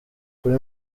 kuri